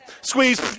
squeeze